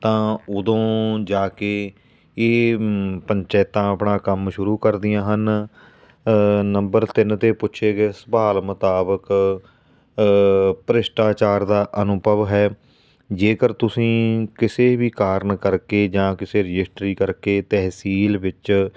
ਤਾਂ ਉਦੋਂ ਜਾ ਕੇ ਇਹ ਪੰਚਾਇਤਾਂ ਆਪਣਾ ਕੰਮ ਸ਼ੁਰੂ ਕਰਦੀਆਂ ਹਨ ਨੰਬਰ ਤਿੰਨ 'ਤੇ ਪੁੱਛੇ ਗਏ ਸਵਾਲ ਮੁਤਾਬਕ ਭ੍ਰਿਸ਼ਟਾਚਾਰ ਦਾ ਅਨੁਭਵ ਹੈ ਜੇਕਰ ਤੁਸੀਂ ਕਿਸੇ ਵੀ ਕਾਰਨ ਕਰਕੇ ਜਾਂ ਕਿਸੇ ਰਜਿਸਟਰੀ ਕਰਕੇ ਤਹਿਸੀਲ ਵਿੱਚ